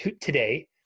today